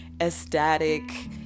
ecstatic